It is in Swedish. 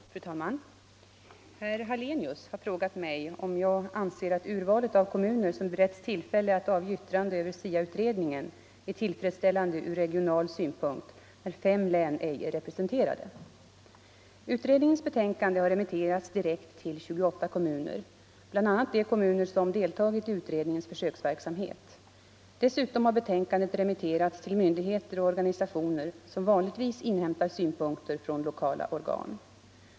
Fru talman! Herr Hallenius har frågat mig om jag anser att urvalet av kommuner som beretts tillfälle att avge yttrande över SIA-utredningen är tillfredsställande ur regional synpunkt när fem län ej är representerade. Utredningens betänkande har remitterats direkt till 28 kommuner, bl.a. de kommuner som deltagit i utredningens försöksverksamhet. Dessutom har betänkandet remitterats till myndigheter och organisationer som vanligtvis inhämtar synpunkter från lokala organ.